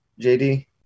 JD